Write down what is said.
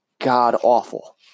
god-awful